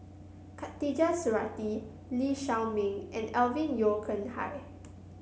Khatijah Surattee Lee Shao Meng and Alvin Yeo Khirn Hai